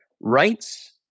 rights